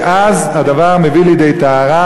כי אז הדבר מביא לידי טהרה,